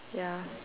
ya